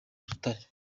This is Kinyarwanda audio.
butare